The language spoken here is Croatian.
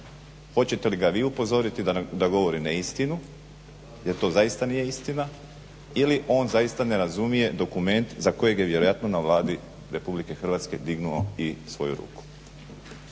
Hoćete li ga vi upozoriti da govori neistinu jer to zaista nije istina ili on zaista ne razumije dokument za kojeg je vjerojatno na Vladi Republike Hrvatske dignuo i svoju ruku.